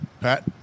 Pat